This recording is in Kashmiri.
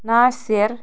ناصر